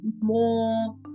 more